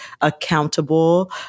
accountable